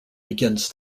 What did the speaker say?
begins